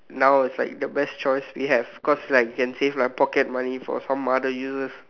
now is like the best choice we have cause like can save like pocket money for other use